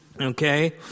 okay